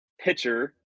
pitcher